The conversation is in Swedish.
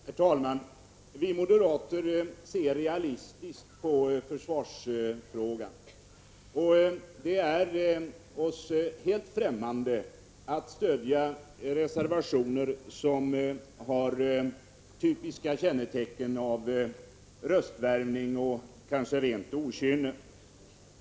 Herr talman! Vi moderater ser realistiskt på försvarsfrågan. Det är oss helt främmande att stödja reservationer som har typiska kännetecken av röstvärvning och kanske rent okynne.